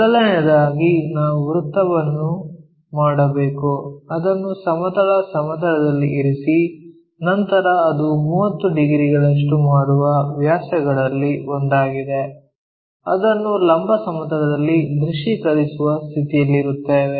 ಮೊದಲನೆಯದಾಗಿ ನಾವು ವೃತ್ತವನ್ನು ಮಾಡಬೇಕು ಅದನ್ನು ಸಮತಲ ಸಮತಲದಲ್ಲಿ ಇರಿಸಿ ನಂತರ ಅದು 30 ಡಿಗ್ರಿಗಳಷ್ಟು ಮಾಡುವ ವ್ಯಾಸಗಳಲ್ಲಿ ಒಂದಾಗಿದೆ ಅದನ್ನು ಲಂಬ ಸಮತಲದಲ್ಲಿ ದೃಶ್ಯೀಕರಿಸುವ ಸ್ಥಿತಿಯಲ್ಲಿರುತ್ತೇವೆ